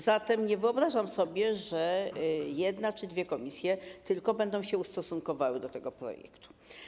Zatem nie wyobrażam sobie, że tylko jedna czy dwie komisje będą się ustosunkowywały do tego projektu.